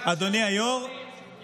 לראשי ערים לא עונים,